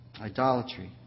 idolatry